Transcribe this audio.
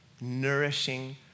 nourishing